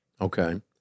Okay